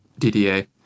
DDA